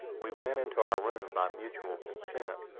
we went into our room by mutual consent,